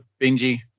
Benji